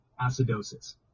acidosis